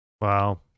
Wow